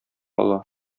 ала